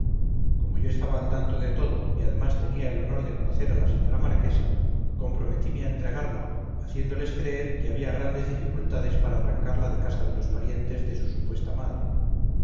como yo estaba al tanto de todo y además tenía el honor de conocer a la señora marquesa comprometime a entregarla haciéndoles creer que había grandes dificultades para arrancarla de casa de los parientes de su supuesta madre